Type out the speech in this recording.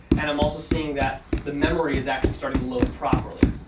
and i'm also seeing that the memory is actually starting to load properly.